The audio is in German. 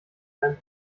sein